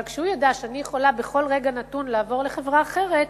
אבל כשהוא ידע שאני יכולה בכל רגע נתון לעבור לחברה אחרת,